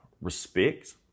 respect